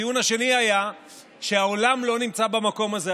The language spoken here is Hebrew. הטיעון השני היה שהעולם לא נמצא במקום הזה.